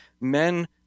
Men